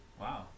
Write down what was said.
Wow